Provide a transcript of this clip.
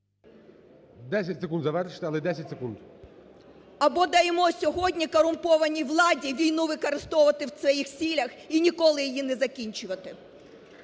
10 секунд, завершити, але 10 секунд. ТИМОШЕНКО Ю.В. … або даємо сьогодні корумпованій владі війну використовувати в своїх цілях і ніколи її не закінчувати.